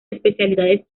especialidades